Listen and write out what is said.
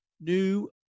new